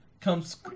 comes